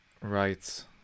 right